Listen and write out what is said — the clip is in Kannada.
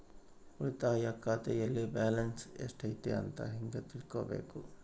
ಉಳಿತಾಯ ಖಾತೆಯಲ್ಲಿ ಬ್ಯಾಲೆನ್ಸ್ ಎಷ್ಟೈತಿ ಅಂತ ಹೆಂಗ ತಿಳ್ಕೊಬೇಕು?